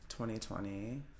2020